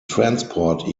transport